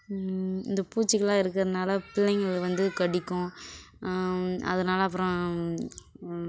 இந்த பூச்சிகளெலாம் இருக்கிறதுனால பிள்ளைங்கள் வந்து கடிக்கும் அதனால அப்புறம்